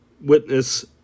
witness